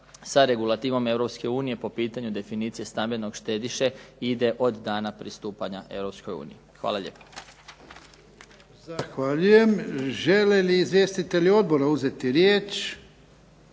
sa regulativom EU po pitanju definicije stambenog štediše ide od dana pristupanja EU. Hvala lijepo. **Jarnjak, Ivan (HDZ)** Zahvaljujem. Žele li izvjestitelji odbora uzeti riječ?